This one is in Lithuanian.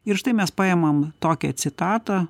ir štai mes paimam tokią citatą